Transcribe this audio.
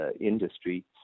industry